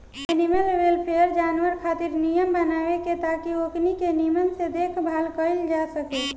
animal welfare, जानवर खातिर नियम बनवले बा ताकि ओकनी के निमन से देखभाल कईल जा सके